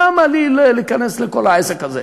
למה לי להיכנס לכל העסק הזה?